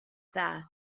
that